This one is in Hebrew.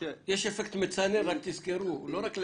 רק תזכרו, יש אפקט מצנן, לא רק להצגות.